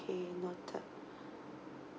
noted